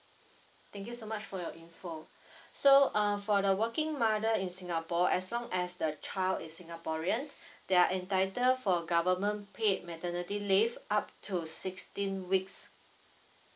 thank you so much for your info so err for the working mother in singapore as long as the child is singaporeans they are entitled for government paid maternity leave up to sixteen weeks